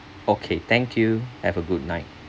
okay thank you have a good night